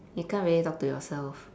you can't really talk to yourself